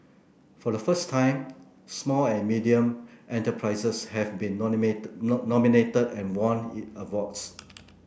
for the first time small and medium enterprises have been nominated and won awards